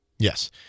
Yes